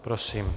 Prosím.